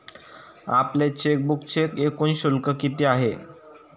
आपल्या चेकबुकचे एकूण शुल्क किती आहे?